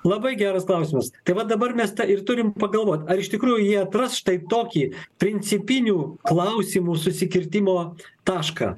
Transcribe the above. labai geras klausimas tai va dabar mes tą ir turim pagalvot ar iš tikrųjų jie atras štai tokį principinių klausimų susikirtimo tašką